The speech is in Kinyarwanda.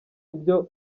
ibyo